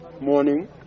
morning